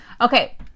okay